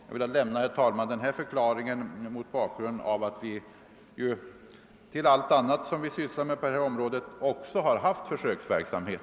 Jag vill, herr talman, lämna denna förklaring mot bakgrunden av att vi till allt annat som vi sysslar med på detta område också haft försöksverksamhet.